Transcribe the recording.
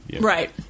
Right